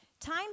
Time